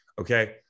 okay